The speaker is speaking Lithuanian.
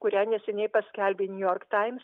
kurią neseniai paskelbė new york times